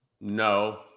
No